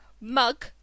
mug